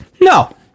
No